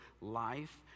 life